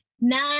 nine